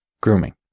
Grooming